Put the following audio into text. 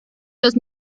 los